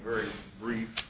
very brief